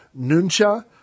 Nuncha